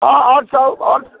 हँ आओर सब बस